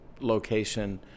location